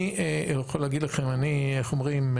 אני יכול להגיד לכם, אני, איך אומרים?